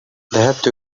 ذهبت